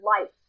life